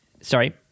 Sorry